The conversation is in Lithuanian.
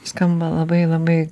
skamba labai labai